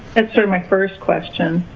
and sort of my first question.